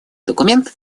документ